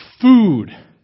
food